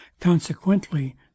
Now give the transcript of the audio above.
Consequently